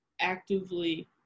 actively